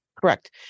Correct